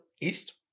east